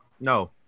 No